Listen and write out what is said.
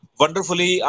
wonderfully